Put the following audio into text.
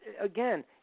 again